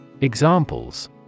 Examples